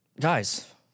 Guys